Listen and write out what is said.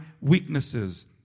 weaknesses